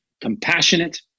compassionate